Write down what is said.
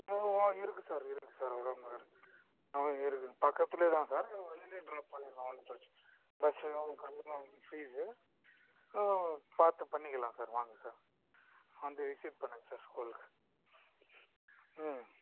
ம் ஆ இருக்கு சார் இருக்கு சார் இருக்கு ஆ இருக்குங்க பக்கத்துல தான் சார் வெளியிலே டிராப் பண்ணிட்லாம் ஒன்று பிரச்சனல்லை பஸ்ஸுலே கம்மிதான் ஃபீஸு பார்த்து பண்ணிக்கிலாம் சார் வாங்க சார் வந்து விசிட் பண்ணுங்கள் சார் ஸ்கூலுக்கு ம்